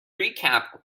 recap